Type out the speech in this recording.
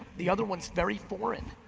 the other one's very foreign.